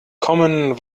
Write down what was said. commen